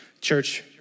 Church